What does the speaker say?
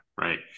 right